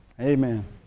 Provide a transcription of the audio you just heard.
Amen